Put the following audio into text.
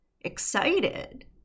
excited